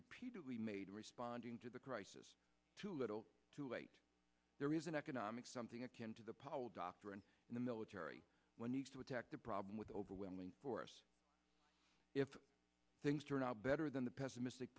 repeatedly made in responding to the crisis too little too late there is an economic something akin to the power doctrine in the military when you attack the problem with overwhelming force if things turn out better than the pessimistic